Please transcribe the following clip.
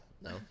No